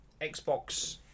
Xbox